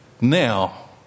Now